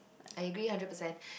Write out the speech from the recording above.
I agree hundred percent